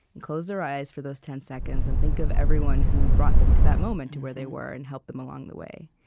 and close their eyes for those ten seconds and think of everyone who brought them to that moment, to where they were, and helped them along the way.